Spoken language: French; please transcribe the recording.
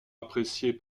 appréciées